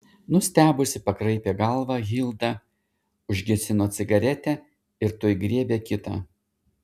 nustebusi pakraipė galvą hilda užgesino cigaretę ir tuoj griebė kitą